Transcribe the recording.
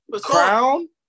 Crown